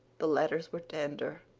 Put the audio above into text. the letters were tender,